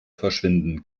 verschwinden